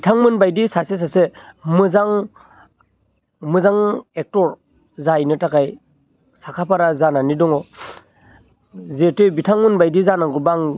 बिथांमोन बायदि सासे सासे मोजां मोजां एक्टर जाहैनो थाखाय साखा फारा जानानै दं जिहेथु बिथांमोन बायदि जानांगौबा आं